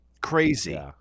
Crazy